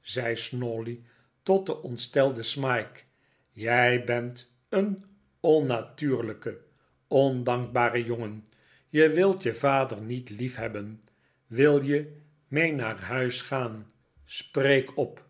zei snawley tot den ontstelden smike jij bent een onnatuurlijke ondankbare jongen je wilt je vader niet liefhebben wil je mee naar huis gaan spreek op